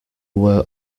were